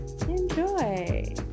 Enjoy